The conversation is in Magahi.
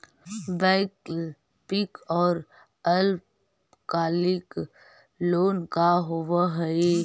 वैकल्पिक और अल्पकालिक लोन का होव हइ?